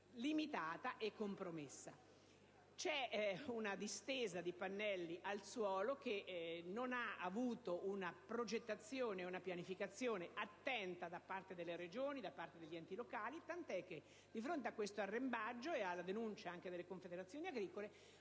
limitata e compromessa. C'è una distesa di pannelli al suolo che non è stata caratterizzata da una progettazione e una pianificazione attenta da parte delle Regioni e degli enti locali, tant'è, che di fronte a questo arrembaggio, e alla denuncia, anche da parte delle confederazioni agricole,